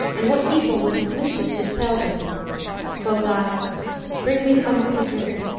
and what evil with its mischief did fell thee quoth i bring me somewhat to drink